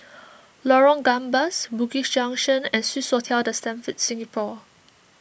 Lorong Gambas Bugis Junction and Swissotel the Stamford Singapore